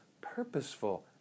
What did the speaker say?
purposeful